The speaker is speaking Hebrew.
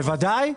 בוודאי.